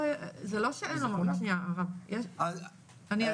לא, זה לא שאין, שניה, הרב, אני אסביר.